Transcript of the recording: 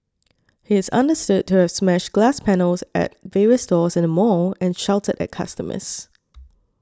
he is understood to have smashed glass panels at various stores in the mall and shouted at customers